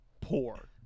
poor